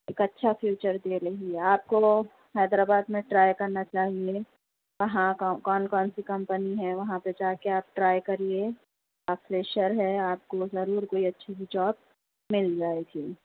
ایک اچھا فیوچر دے رہی ہے آپ کو حیدرآباد میں ٹرائی کرنا چاہئے وہاں کون کون سی کمپنی ہیں وہاں پہ جا کے آپ ٹرائی کرئے آپ فریشر ہیں آپ کو ضرور کوئی اچھی جاب مِل جائےگی